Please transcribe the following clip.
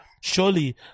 surely